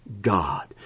god